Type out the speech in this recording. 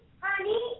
honey